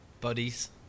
Buddies